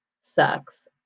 sucks